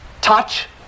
touch